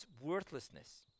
worthlessness